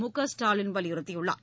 முகஸ்டாலின் வலியுறுத்தியுள்ளார்